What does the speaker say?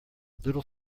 little